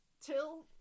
Till